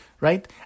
right